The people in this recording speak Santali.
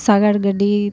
ᱥᱟᱜᱟᱲ ᱜᱟᱹᱰᱤ